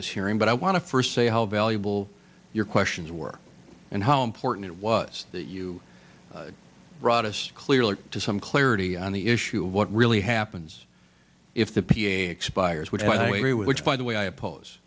this hearing but i want to first say how valuable your questions were and how important it was that you brought us clearly to some clarity on the issue of what really happens if the p a expires would agree which by the way i oppose